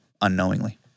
unknowingly